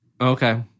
Okay